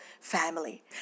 family